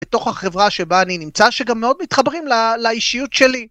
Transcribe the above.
‫בתוך החברה שבה אני נמצא ‫שגם מאוד מתחברים לאישיות שלי.